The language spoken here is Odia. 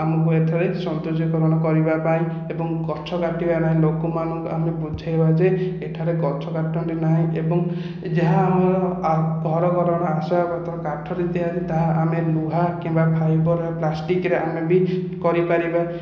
ଆମକୁ ଏଥିପାଇଁ ସୌନ୍ଦର୍ଯ୍ୟକରଣ କରିବା ପାଇଁ ଏବଂ ଗଛ କାଟିବା ନାହିଁ ଲୋକମାନଙ୍କୁ ଆମେ ବୁଝେଇବା ଯେ ଏଠାରେ ଗଛ କାଟନ୍ତୁ ନାହିଁ ଏବଂ ଯାହା ଆମର ଘରକରଣ ଆସବାପତ୍ର କାଠରେ ତିଆରି ତାହା ଆମେ ଲୁହା କିମ୍ବା ଫାଇବର୍ ପ୍ଲାଷ୍ଟିକ୍ରେ ଆମେ ବି କରିପାରିବା